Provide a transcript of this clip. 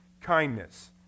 kindness